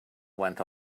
went